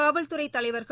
காவல்துறை தலைவர்கள்